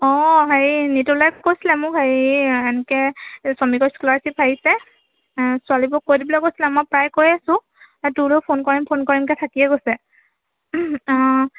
অঁ হেৰি নিতুল দাই কৈছিলে মোক হেৰি এনেকৈ শ্ৰমিকৰ স্কলাৰশ্বিপ আহিছে ছোৱালিবোৰক কৈ দিবলৈ কৈছিলে মই প্ৰায়ে কৈ আছো তোলৈও ফোন কৰিম ফোন কৰিমকৈ থাকিয়ে গৈছে অঁ